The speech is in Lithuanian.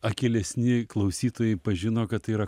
akylesni klausytojai pažino kad tai yra